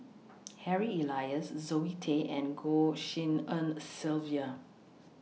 Harry Elias Zoe Tay and Goh Tshin En Sylvia